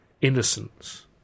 Innocence